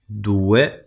Due